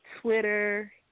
Twitter